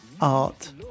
art